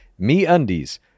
MeUndies